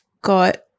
got